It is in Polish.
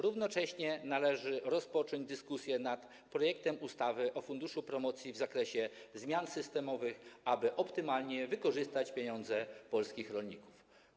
Równocześnie jednak należy rozpocząć dyskusję nad projektem ustawy o funduszu promocji w kwestii zmian systemowych, aby optymalnie wykorzystać pieniądze polskich rolników.